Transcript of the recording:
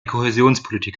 kohäsionspolitik